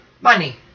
money